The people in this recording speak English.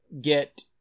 get